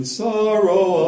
sorrow